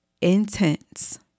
Intense